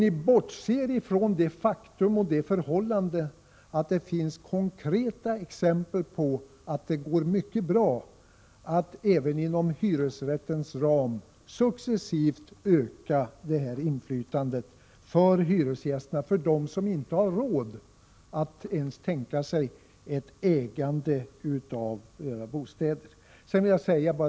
Ni bortser från det faktum att det finns konkreta exempel på att det går mycket bra att även inom hyresrättens ram successivt öka det inflytandet för hyresgästerna, för dem som inte har råd att äga sina bostäder.